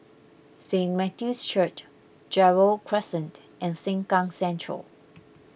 Saint Matthew's Church Gerald Crescent and Sengkang Central